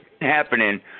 happening